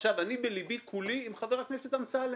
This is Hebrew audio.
עכשיו אני בליבי כולי עם חבר הכנסת אמסלם,